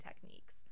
techniques